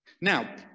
Now